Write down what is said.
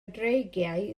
dreigiau